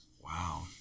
wow